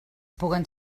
puguen